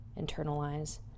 internalize